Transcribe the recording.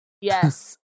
Yes